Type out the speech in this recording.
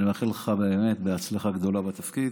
אני מאחל לך באמת הצלחה גדולה בתפקיד.